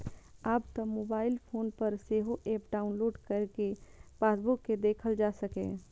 आब तं mobile phone पर सेहो एप डाउलोड कैर कें पासबुक कें देखल जा सकैए